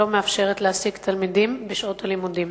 שלא מאפשרת להעסיק תלמידים בשעות הלימודים.